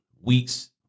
weeks